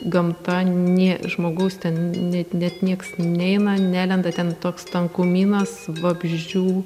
gamta nė žmogaus ten net net nieks neina nelenda ten toks tankumynas vabzdžių